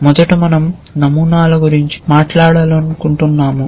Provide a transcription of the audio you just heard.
మొదట మనం నమూనాల గురించి మాట్లాడాలను కుంటున్నాము